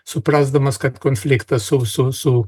suprasdamas kad konfliktas su